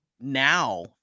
now